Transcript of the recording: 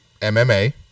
MMA